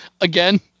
Again